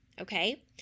Okay